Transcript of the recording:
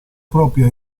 propria